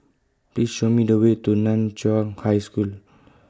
Please Show Me The Way to NAN Chiau High School